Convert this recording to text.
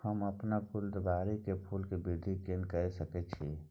हम अपन गुलदाबरी के फूल सो वृद्धि केना करिये सकेत छी?